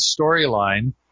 storyline